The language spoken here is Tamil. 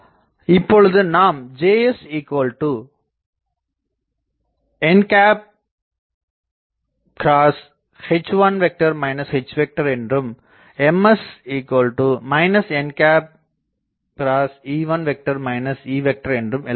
இப்போது நாம் Jsn என்றும் Ms nஎன்றும் எழுதலாம்